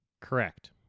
Correct